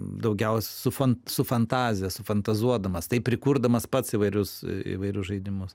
daugiausiai su fant su fantazija sufantazuodamas taip prikurdamas pats įvairius įvairius žaidimus